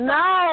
no